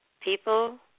People